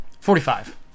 forty-five